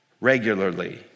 regularly